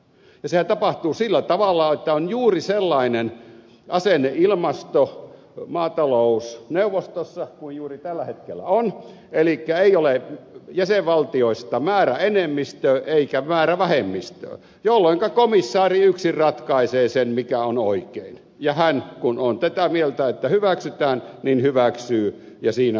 sehän tapahtuu sillä tavalla että on juuri sellainen asenneilmasto maatalousneuvostossa kuin juuri tällä hetkellä on elikkä ei ole jäsenvaltioista määräenemmistöä eikä määrävähemmistöä jolloinka komissaari yksin ratkaisee sen mikä on oikein ja hän kun on tätä mieltä että hyväksytään hyväksyy ja siinä kaikki